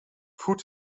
food